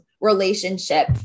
relationship